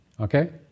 Okay